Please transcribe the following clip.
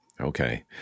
okay